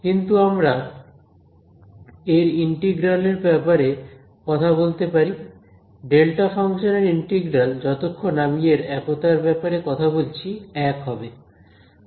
কিন্তু আমরা এর ইন্টিগ্রাল এর ব্যাপারে কথা বলতে পারি ডেলটা ফাংশন এর ইন্টিগ্রাল যতক্ষণ আমি এর একতার ব্যাপারে কথা বলছি এক হবে